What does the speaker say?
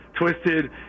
Twisted